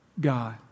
God